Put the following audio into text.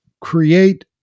create